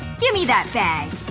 gimme that bag!